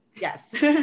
Yes